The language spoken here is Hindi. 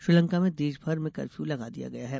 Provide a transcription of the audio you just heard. श्रीलंका में देशभर में कर्फ्यू लगा दिया गया है